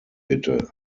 bitte